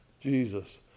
Jesus